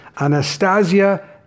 Anastasia